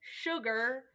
sugar